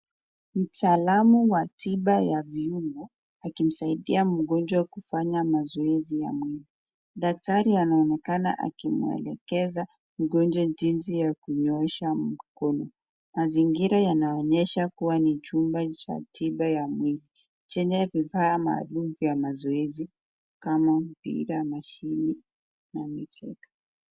Mtaalamu wa tiba ya viungo akimsaidia mgonjwa kufanya mazoezi ya mwili, daktari anaonekana akimwelekeza mgonjwa jinsi ya kunyoosha mkono, mazingira yanaonyesha kuwa ni chumba cha tiba ya mwili chenye vifaa maalum vya mazoezi kama mpira, mashini na mikeka.